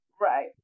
right